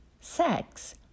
sex